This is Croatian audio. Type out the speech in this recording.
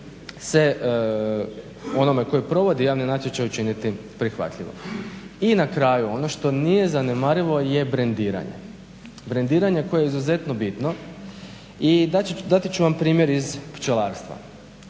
onome koji provodi javni natječaj učiniti prihvatljivom. I na kraju ono što nije zanemarivo je brendiranje, brendiranje koje je izuzetno bitno i dati ću vam primjer iz pčelarstva.